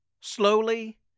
slowly